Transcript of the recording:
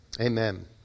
amen